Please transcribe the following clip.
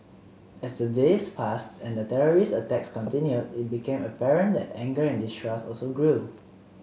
as the days passed and the terrorist attacks continued it became apparent that anger and distrust also grew